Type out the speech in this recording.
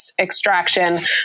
extraction